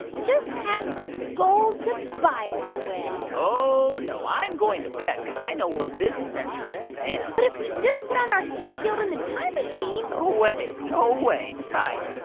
just had some gold to buy one with oh, no. i'm going to bed because i know where this adventure's going to end but if we just put on our heat shield on the time machine. no way. no way. besides,